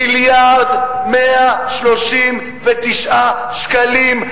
מיליארד ו-139 מיליון שקלים.